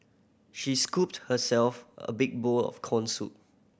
she scooped herself a big bowl of corn soup